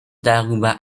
darüber